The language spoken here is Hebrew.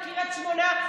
בקריית שמונה,